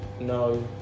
no